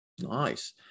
nice